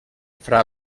fra